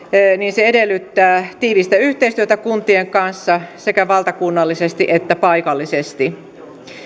edellyttää tiivistä yhteistyötä kuntien kanssa sekä valtakunnallisesti että paikallisesti